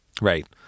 right